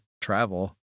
travel